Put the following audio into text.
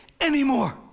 anymore